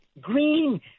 green